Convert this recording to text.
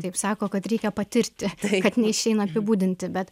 taip sako kad reikia patirti kad neišeina apibūdinti bet